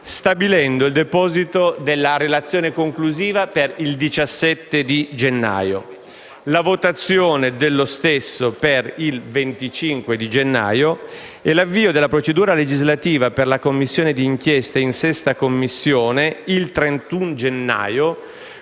stabilendo il deposito della relazione conclusiva per il 17 gennaio, la votazione della stessa per il 25 gennaio e l'avvio della procedura legislativa per la Commissione d'inchiesta in 6a Commissione il 31 gennaio